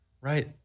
right